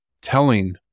telling